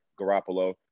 Garoppolo